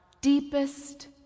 deepest